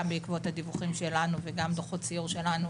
גם בעקבות הדיווחים שלנו וגם דוחות סיור שלנו,